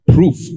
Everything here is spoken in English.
Proof